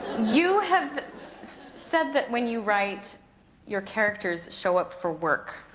you have said that when you write your characters show up for work.